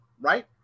right